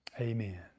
amen